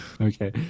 Okay